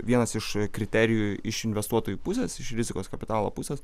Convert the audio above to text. vienas iš kriterijų iš investuotojų pusės iš rizikos kapitalo pusės